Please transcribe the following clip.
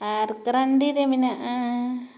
ᱟᱨ ᱠᱚᱨᱚᱱᱰᱤᱨᱮ ᱢᱮᱱᱟᱜᱼᱟ